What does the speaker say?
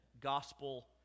gospel